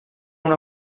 una